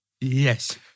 yes